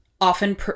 often